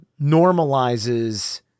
normalizes